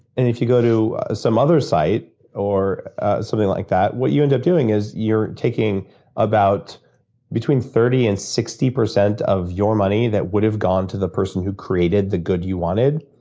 and if you go to some other site, or something like that, what you end up doing is you're taking about between thirty percent and sixty percent of your money that would have gone to the person who created the good you wanted,